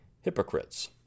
hypocrites